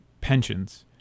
pensions